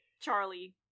Charlie